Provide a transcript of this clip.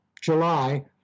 July